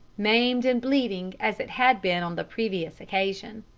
maimed and bleeding as it had been on the previous occasion.